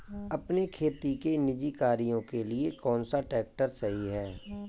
अपने खेती के निजी कार्यों के लिए कौन सा ट्रैक्टर सही है?